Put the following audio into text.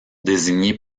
désigner